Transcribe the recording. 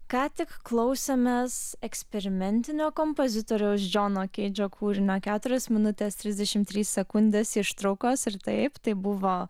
ką tik klausėmės eksperimentinio kompozitoriaus džono keidžo kūrinio keturias minutes trisdešimt tris sekundes ištraukos ir taip tai buvo